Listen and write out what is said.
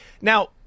now